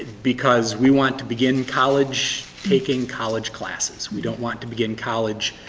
because we want to begin college taking college classes. we don't want to begin college,